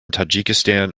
tajikistan